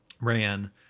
ran